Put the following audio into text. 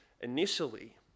initially